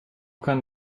kann